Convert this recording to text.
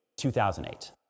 2008